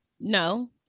no